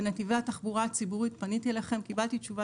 בנתיבי התחבורה הציבורית פניתי אליכם וקיבלתי תשובה